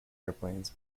airplanes